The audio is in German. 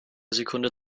sekunde